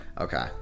okay